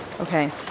Okay